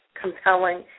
compelling